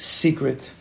secret